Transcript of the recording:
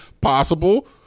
possible